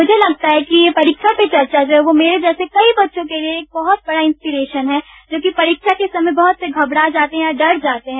मुझे लगता है कि ये परीक्षा पर चर्चा जो मेरे जैसे कई बच्यों के लिए एक बहुत बड़ा इंसीपेरेशन हैं जो कि परीक्षा के समय घबड़ा जाते हैं डर जाते हैं